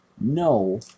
no